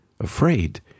afraid